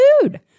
food